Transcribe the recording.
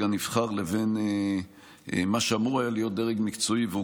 הנבחר לבין מה שאמור היה להיות דרג מקצועי והוא